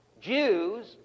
Jews